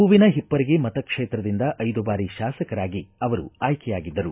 ಹೂವಿನ ಹಿಪ್ಪರಗಿ ಮತಕ್ಷೇತ್ರದಿಂದ ಐದು ಬಾರಿ ಶಾಸಕರಾಗಿ ಆಯ್ಕೆಯಾಗಿದ್ದರು